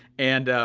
and,